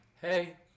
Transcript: hey